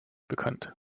bekannt